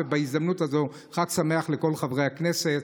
ובהזדמנות הזו חג שמח לכל חברי הכנסת,